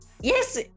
Yes